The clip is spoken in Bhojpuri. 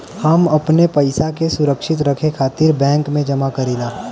हम अपने पइसा के सुरक्षित रखे खातिर बैंक में जमा करीला